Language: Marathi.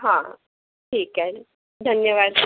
हा ठीक आहे धन्यवाद